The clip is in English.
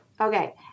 Okay